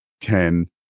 ten